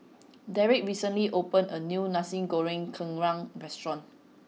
Derick recently opened a new Nasi Goreng Kerang restaurant